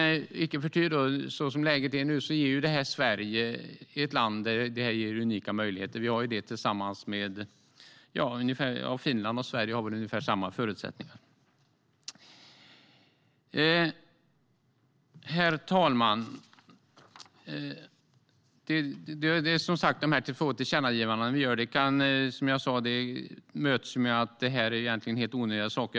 Som läget är nu är Sverige ett land där skogen ger oss unika möjligheter. Finland och Sverige har väl ungefär samma förutsättningar. Herr talman! Som jag sa möts våra två tillkännagivanden med att det egentligen är helt onödiga saker.